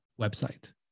website